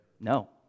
No